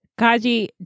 Kaji